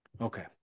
okay